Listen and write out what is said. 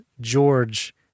George